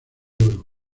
oro